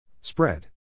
Spread